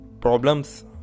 Problems